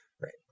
Right